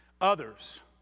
others